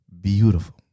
beautiful